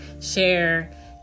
share